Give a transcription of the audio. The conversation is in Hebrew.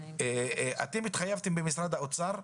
אתם התחייבתם, במשרד האוצר,